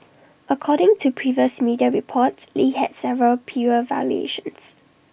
according to previous media reports lee had several prior violations